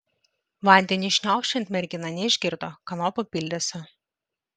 vandeniui šniokščiant mergina neišgirdo kanopų bildesio